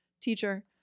Teacher